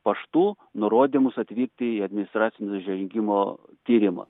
paštu nurodymus atvykti į administracinio nusižengimo tyrimą